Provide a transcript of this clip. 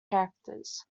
characters